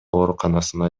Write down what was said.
ооруканасына